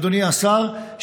אדוני השר,